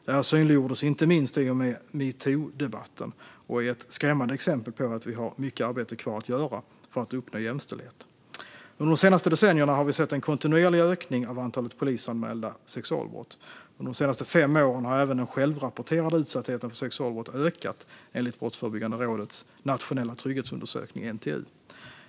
Det här synliggjordes inte minst i och med metoo-debatten och är ett skrämmande exempel på att vi har mycket arbete kvar att göra för att uppnå jämställdhet. Under de senaste decennierna har vi sett en kontinuerlig ökning av antalet polisanmälda sexualbrott. Under de senaste fem åren har även den självrapporterade utsattheten för sexualbrott ökat, enligt Brottsförebyggande rådets nationella trygghetsundersökning, NTU.